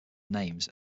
names